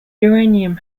uranium